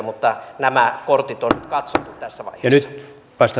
mutta nämä kortit on nyt katsottu tässä vaiheessa